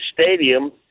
Stadium